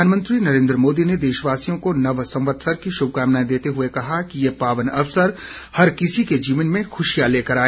प्रधानमंत्री नरेन्द्र मोदी ने देशवासियों को नव संवत्सर की शुभकामनाएं देते हुए कहा कि ये पावन अवसर हर किसी के जीवन में खुशियां लेकर आए